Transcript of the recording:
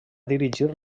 dirigir